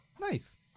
Nice